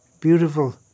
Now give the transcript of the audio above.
beautiful